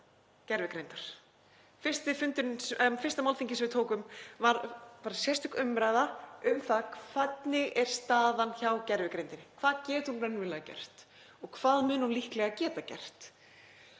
gervigreindar. Fyrsta málþingið sem við tókum var bara sérstök umræða um það hvernig staðan er hjá gervigreindinni. Hvað getur hún raunverulega gert og hvað mun hún líklega geta gert?